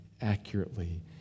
accurately